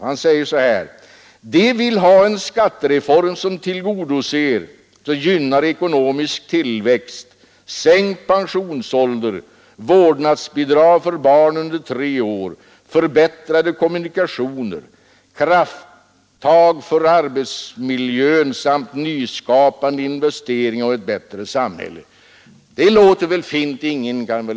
Han säger: ”De vill ha en skattereform som tillgodoser och gynnar ekonomisk tillväxt, sänkt pensionsålder, vårdnadsbidrag för barn under tre år, förbättrade kommunikationer, krafttag för arbetsmiljön samt nyskapande investeringar och ett bättre samhälle.” Det låter fint.